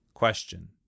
Question